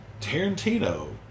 Tarantino